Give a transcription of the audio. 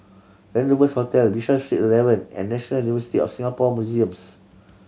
Rendezvous Hotel Bishan Street Eleven and National University of Singapore Museums